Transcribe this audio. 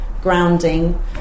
grounding